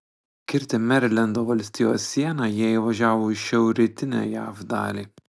kirtę merilendo valstijos sieną jie įvažiavo į šiaurrytinę jav dalį